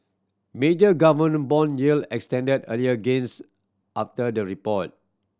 major government bond yield extended earlier gains after the report